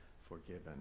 forgiven